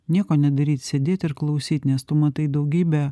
nieko nedaryt sėdėt ir klausyt nes tu matai daugybę